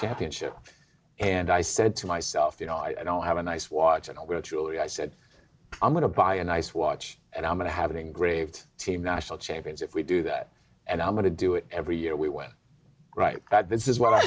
championship and i said to myself you know i don't have a nice watch and we're actually i said i'm going to buy a nice watch and i'm going to have an engraved team national champions if we do that and i'm going to do it every year we went right that this is what i